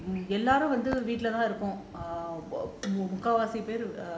எல்லாரும் வந்து வீட்ல தான் இருப்போம் முக்காவாசி பேரு:ellarum vanthu veetla thaan irupom mukkavasi peru